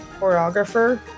choreographer